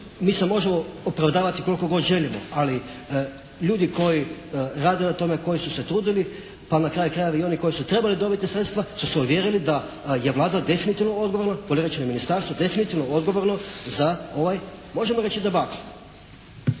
mi se možemo opravdavati koliko god želimo ali ljudi koji rade na tome, koji su se trudili, pa na kraju krajeva i oni koji su trebali dobiti sredstva su se uvjerili da je Vlada definitivno odgovorna …/Govornik se ne razumije./… ministarstvu definitivno odgovorna za ovaj možemo reći debakl.